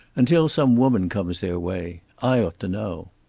until some woman comes their way. i ought to know.